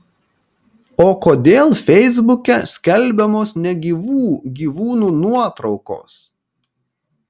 o kodėl feisbuke skelbiamos negyvų gyvūnų nuotraukos